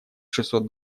шестьсот